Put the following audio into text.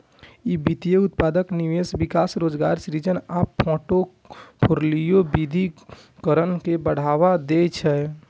ई वित्तीय उत्पादक निवेश, विकास, रोजगार सृजन आ फोर्टफोलियो विविधीकरण के बढ़ावा दै छै